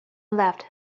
left